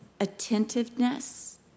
attentiveness